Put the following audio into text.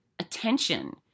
attention